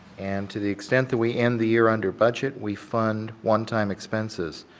and to the extent that we end the year under budget, we fund one-time expenses.